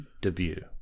debut